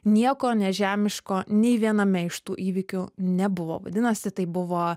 nieko nežemiško nei viename iš tų įvykių nebuvo vadinasi tai buvo